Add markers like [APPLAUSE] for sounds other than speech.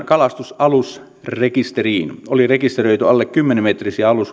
[UNINTELLIGIBLE] kalastusalusrekisteriin oli rekisteröity alle kymmenen metrisiä